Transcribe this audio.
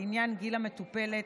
לעניין גיל המטופלת,